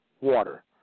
water